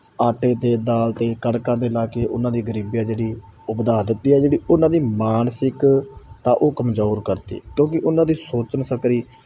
ਆਟੇ ਅਤੇ ਦਾਲ ਅਤੇ ਕਣਕਾਂ 'ਤੇ ਲਾ ਕੇ ਉਹਨਾਂ ਦੀ ਗਰੀਬੀ ਆ ਜਿਹੜੀ ਉਹ ਵਧਾ ਦਿੱਤੀ ਆ ਜਿਹੜੀ ਉਹਨਾਂ ਦੀ ਮਾਨਸਿਕ ਤਾਂ ਉਹ ਕਮਜ਼ੋਰ ਕਰਤੀ ਕਿਉਂਕਿ ਉਹਨਾਂ ਦੀ ਸੋਚਣ ਸਕਤੀ